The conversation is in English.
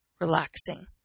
relaxing